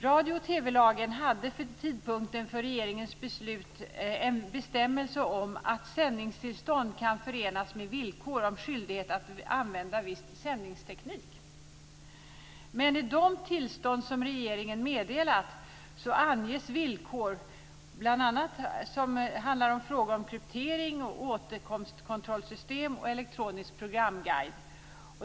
Radio och TV-lagen hade vid tidpunkten för regeringens beslut en bestämmelse om att sändningstillstånd kan förenas med villkor om skyldighet att använda viss sändningsteknik. Men i de tillstånd som regeringen meddelat anges villkor som bl.a. handlar om kryptering, åtkomstkontrollsystem och elektronisk programguide.